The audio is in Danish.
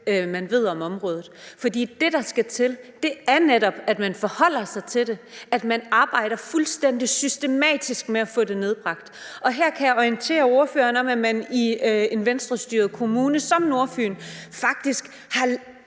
man ved om området. For det, der skal til, er netop, at man forholder sig til det, at man arbejder fuldstændig systematisk med at få det nedbragt. Her kan jeg orientere ordføreren om, at man i en Venstrestyret kommune som Nordfyn faktisk har